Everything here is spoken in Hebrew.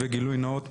גילוי נאות,